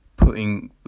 Putting